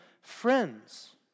friends